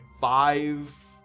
five